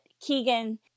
Keegan